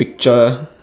picture